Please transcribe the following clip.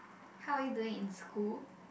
how are you doing in school